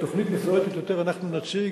ותוכנית מפורטת יותר אנחנו נציג.